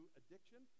addiction